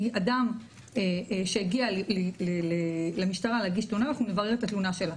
היא אדם שהגיע למשטרה להגיש תלונה ואנחנו נברר את התלונה שלה.